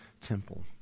temple